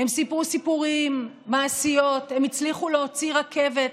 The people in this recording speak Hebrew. הם סיפרו סיפורים, מעשיות, הם הצליחו להוציא רכבת